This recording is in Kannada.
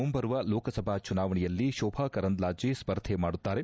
ಮುಂಬರುವ ಲೋಕಸಭಾ ಚುನಾವಣೆಯಲ್ಲಿ ಶೋಭಾ ಕರಂದ್ಲಾಜೆ ಸ್ಪರ್ಧೆ ಮಾಡುತ್ತಾರೆ